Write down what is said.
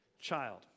child